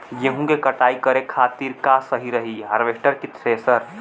गेहूँ के कटाई करे खातिर का सही रही हार्वेस्टर की थ्रेशर?